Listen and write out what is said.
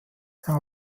der